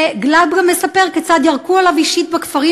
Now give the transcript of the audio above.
גלאב גם מספר כיצד ירקו עליו אישית בכפרים